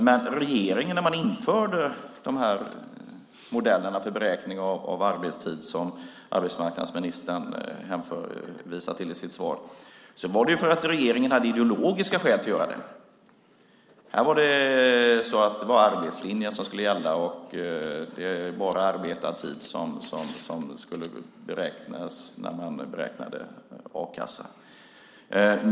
Men när regeringen införde de modeller för beräkning av arbetstid som arbetsmarknadsministern hänvisar till i sitt svar var det för att regeringen hade ideologiska skäl att göra det. Här var det arbetslinjen som skulle gälla. Det var bara arbetad tid som skulle tas med vid beräkningen av a-kassan.